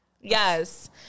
Yes